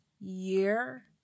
year